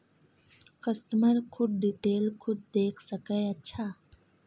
customer खुद detail खुद देख सके अच्छा